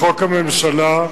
לחוק הממשלה,